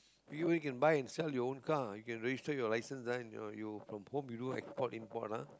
anyway you can buy and sell your own car can register your license you from home you do export and import ah